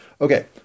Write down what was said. Okay